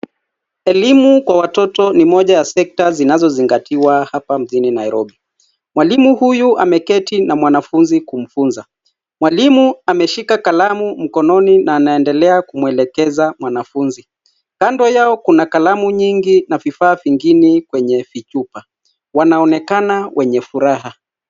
Elimu kwa Watoto ni moja ya sekta zinazozingatiwa hapa mjini Nairobi. Mwalimu huyu ameketi na mwanafunzi kumfunza. Mwalimu ameshika kalamu mkononi na anaendelea kumwelekeza mwanafunzi. Kando yao kuna kalamu nyingi na vifaa vingine kwenye vichupa. Wanaonekana wenye furaha.